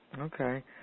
Okay